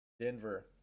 Denver